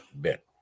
bit